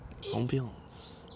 ambiance